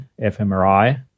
fMRI